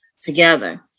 together